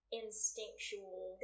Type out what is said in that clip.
instinctual